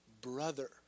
brother